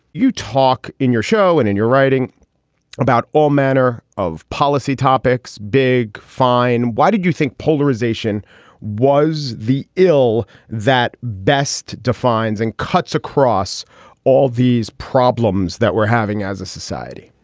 you talk in your show and in your writing about all manner of policy topics. big fine. why did you think polarization was the ill that best defines and cuts across all these problems that we're having as a society?